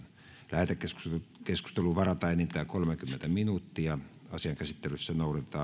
lähetekeskusteluun varataan enintään kolmekymmentä minuuttia asian käsittelyssä noudatetaan